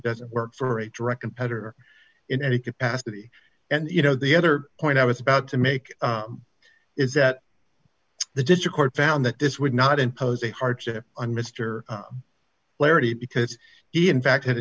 doesn't work for a direct competitor in any capacity and you know the other point i was about to make is that the ditch a court found that this would not impose a hardship on mr clarity because he in fact had a